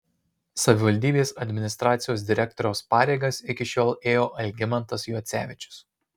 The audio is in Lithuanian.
savivaldybės administracijos direktoriaus pareigas iki šiol ėjo algimantas juocevičius